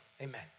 amen